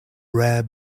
rare